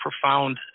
profound